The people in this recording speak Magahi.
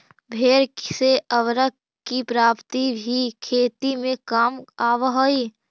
भेंड़ से उर्वरक की प्राप्ति भी खेती में काम आवअ हई